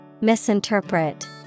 Misinterpret